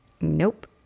Nope